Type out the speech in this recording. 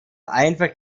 einfach